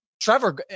trevor